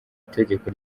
itegeko